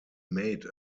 made